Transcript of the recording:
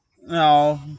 No